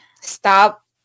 stop